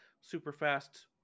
super-fast